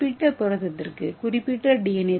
ஒரு குறிப்பிட்ட புரதத்திற்கு குறிப்பிட்ட டி